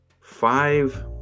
five